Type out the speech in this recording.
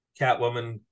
Catwoman